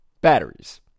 Batteries